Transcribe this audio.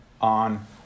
on